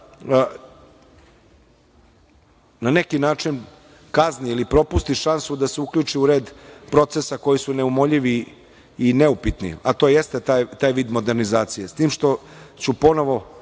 na neki način kazni ili propusti šansu da se uključi u red procesa koji su neumoljivi i neupitni, a to jeste taj vid modernizacije, s tim što ću ponovo